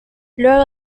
luego